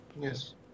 Yes